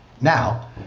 now